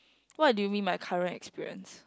what do you mean by current experience